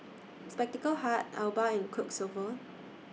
Spectacle Hut Alba and Quiksilver